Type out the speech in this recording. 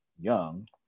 young